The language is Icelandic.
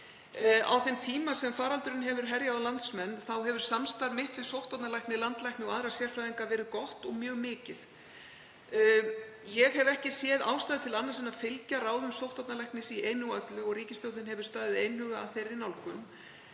Á þeim tíma sem faraldurinn hefur herjað á landsmenn hefur samstarf mitt við sóttvarnalækni, landlækni og aðra sérfræðinga verið mjög mikið og gott. Ég hef ekki séð ástæðu til annars en að fylgja ráðum sóttvarnalæknis í einu og öllu og ríkisstjórnin hefur staðið einhuga að þeirri nálgun.